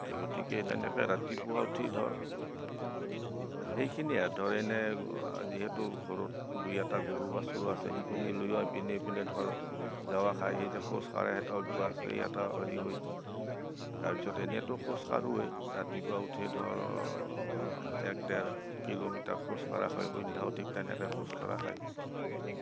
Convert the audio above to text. তে গতিকে তেনেকৈ ৰাতিপুৱা উঠি ধৰ সেইখিনিয়ে ধৰ এনে যিহেতু ঘৰত দুই এটা গৰু বা চৰ আছে সেইখিনি লৈ ইপিনে ইপিনে ধৰ যোৱা খায় সেই যে খোজ কাঢ়া এটা অভ্যাস সেই এটা হেৰি হৈ তাৰপিছত এনেতো খোজ কাঢ়োৱেই ৰাতিপুৱা উঠি ধৰ এক ডেৰ কিলোমিটাৰ খোজ কঢ়া হয় সন্ধাও ঠিক তেনেকৈ খোজ কাঢ়া খায়